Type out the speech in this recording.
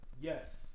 Yes